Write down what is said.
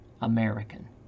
American